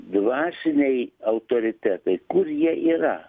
dvasiniai autoritetai kur jie yra